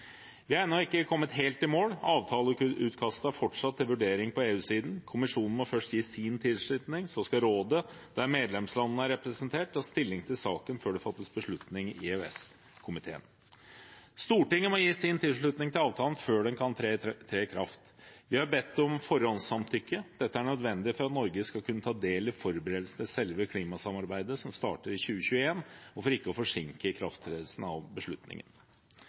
Vi er ennå ikke kommet helt i mål. Avtaleutkastet er fortsatt til vurdering på EU-siden. Kommisjonen må først gi sin tilslutning, og så skal rådet, der medlemslandene er representert, ta stilling til saken før det fattes en beslutning i EØS-komiteen. Stortinget må gi sin tilslutning til avtalen før den kan tre i kraft. Vi har bedt om forhåndssamtykke. Dette er nødvendig for at Norge skal kunne ta del i forberedelsene til selve klimasamarbeidet, som starter i 2021, og for ikke å forsinke ikrafttredelsen av beslutningen.